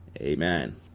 amen